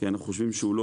כי אנחנו חושבים שהוא לא